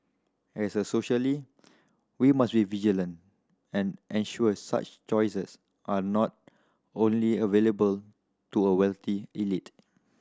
as a socially we must be vigilant and ensure such choices are not only available to a wealthy elite